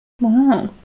wow